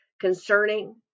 concerning